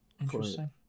Interesting